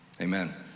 amen